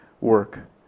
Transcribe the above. work